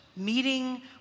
Meeting